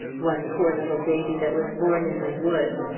one poor little baby that was born in the woods,